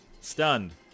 stunned